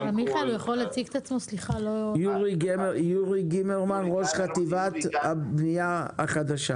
בבקשה, יורי גמרמן, ראש חטיבת הבניה החדשה